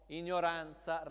ignoranza